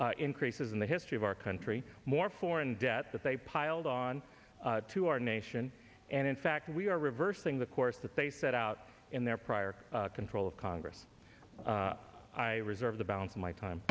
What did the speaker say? increases in the history of our country more foreign debt that they piled on to our nation and in fact we are reversing the course that they set out in their prior control of congress i reserve the balance my time